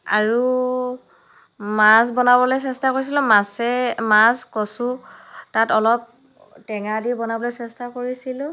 আৰু মাছ বনাবলৈ চেষ্টা কৰিছিলোঁ মাছে মাছ কচু তাত অলপ টেঙা দি বনাবলৈ চেষ্টা কৰিছিলোঁ